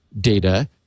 data